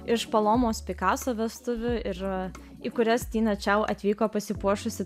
iš polomos pikaso vestuvių ir į kurias tina čiau atvyko pasipuošusi